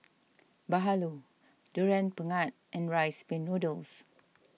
Bahulu Durian Pengat and Rice Pin Noodles